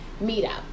meetup